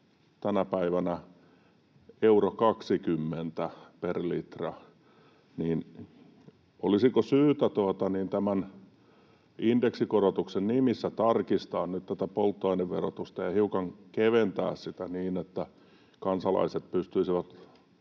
tänä päivänä 1,20 euroa per litra. Olisiko syytä tämän indeksikorotuksen nimissä tarkistaa nyt tätä polttoaineverotusta ja hiukan keventää sitä, niin että kansalaiset pystyisivät